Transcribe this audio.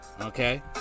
okay